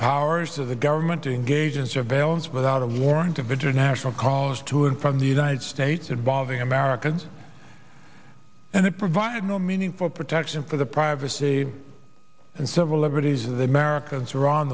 powers to the government to engage in surveillance without a warrant of international calls to and from the united states involving americans and it provided no meaningful protection for the privacy and civil liberties of americans who are on